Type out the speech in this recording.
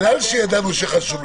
--- לפחות שהנהלת בתי המשפט תוכל